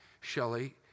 Shelley